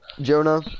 Jonah